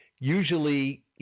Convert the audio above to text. usually—